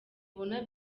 abona